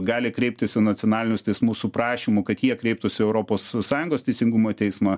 gali kreiptis į nacionalinius teismus su prašymu kad jie kreiptųsi į europos sąjungos teisingumo teismą